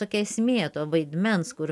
tokia esmė to vaidmens kur